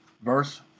Verse